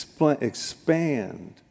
expand